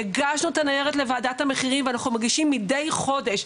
הגשנו את הניירת לוועדת המחירים ואנחנו מגישים מידי חודש.